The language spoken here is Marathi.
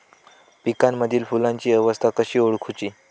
पिकांमदिल फुलांची अवस्था कशी ओळखुची?